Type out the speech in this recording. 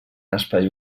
espai